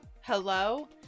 hello